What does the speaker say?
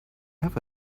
have